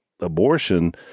abortion